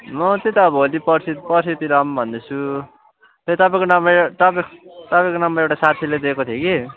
म त्यही त भोलि पर्सितिर आउँ भन्दैछु त्यही तपाईँको नम्बर तपाईँको नम्बर एउटा साथीले दिएको थियो कि